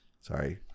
Sorry